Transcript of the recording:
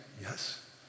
Yes